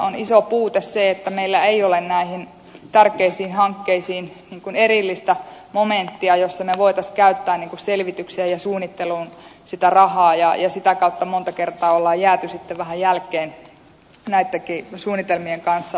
on iso puute se että meillä ei ole näihin tärkeisiin hankkeisiin erillistä momenttia jossa me voisimme käyttää selvityksiin ja suunnitteluun sitä rahaa ja sitä kautta monta kertaa on jääty sitten vähän jälkeen näittenkin suunnitelmien kanssa